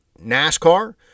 NASCAR